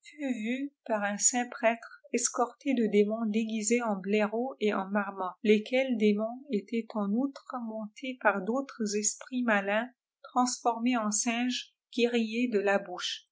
fut vue par un saint prêtre escortée de démons déguisés en blaireaux et en marmottes lesquels démons étaient encontre montés par d'autres esprits malins transformés en singes qui riaient de la bouche